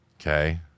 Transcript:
Okay